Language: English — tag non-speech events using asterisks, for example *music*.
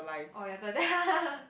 orh your turn *laughs*